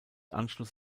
anschluss